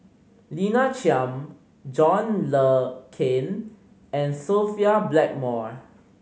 Lina Chiam John Le Cain and Sophia Blackmore